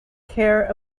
care